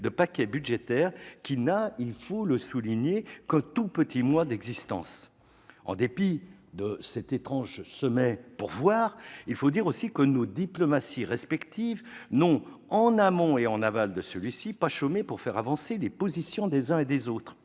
de paquet budgétaire qui n'a- il faut le souligner -qu'un tout petit mois d'existence. En dépit de cet étrange sommet « pour voir », il faut dire aussi que nos diplomaties respectives n'ont, en amont et en aval de celui-ci, pas chômé pour faire avancer les positions des uns et des autres.